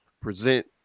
present